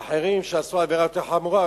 ואחרים שעברו עבירה חמורה יותר,